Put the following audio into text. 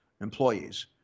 employees